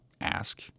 ask